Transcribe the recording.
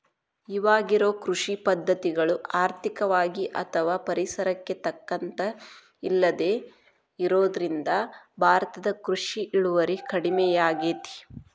ಇವಾಗಿರೋ ಕೃಷಿ ಪದ್ಧತಿಗಳು ಆರ್ಥಿಕವಾಗಿ ಅಥವಾ ಪರಿಸರಕ್ಕೆ ತಕ್ಕಂತ ಇಲ್ಲದೆ ಇರೋದ್ರಿಂದ ಭಾರತದ ಕೃಷಿ ಇಳುವರಿ ಕಡಮಿಯಾಗೇತಿ